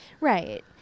Right